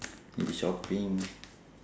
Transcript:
maybe shopping